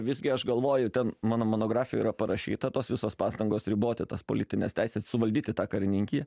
visgi aš galvoju ten mano monografijoj yra parašyta tos visos pastangos riboti tas politines teises suvaldyti tą karininkiją